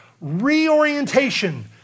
reorientation